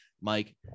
Mike